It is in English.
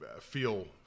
feel